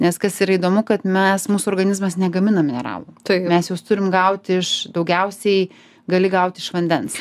nes kas yra įdomu kad mes mūsų organizmas negamina mineralų mes juos turim gauti iš daugiausiai gali gaut iš vandens